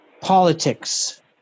politics